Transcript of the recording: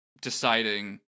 deciding